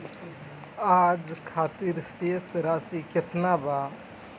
आज खातिर शेष राशि केतना बा?